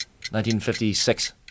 1956